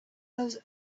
those